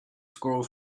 scroll